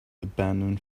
abandon